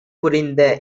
புரிந்த